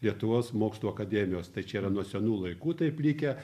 lietuvos mokslų akademijos tai čia yra nuo senų laikų taip likę